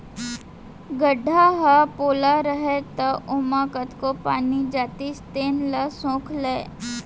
गड्ढ़ा ह पोला रहय त ओमा कतको पानी जातिस तेन ल सोख लय